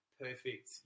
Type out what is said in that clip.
perfect